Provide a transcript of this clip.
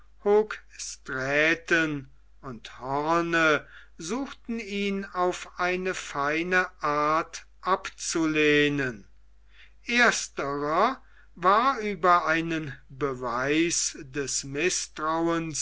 hoogstraaten und hoorn suchten ihn auf eine feine art abzulehnen ersterer war über einen beweis des mißtrauens